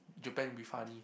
you better be funny